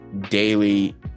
daily